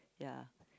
ya